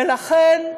ולכן,